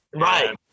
Right